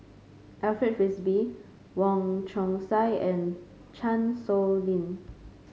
Alfred Frisby Wong Chong Sai and Chan Sow Lin